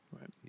right